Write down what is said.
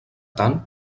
tant